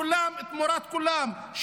כולם תמורת כולם,